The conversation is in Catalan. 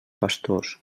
pastors